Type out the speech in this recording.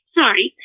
Sorry